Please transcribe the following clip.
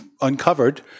uncovered